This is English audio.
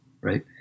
right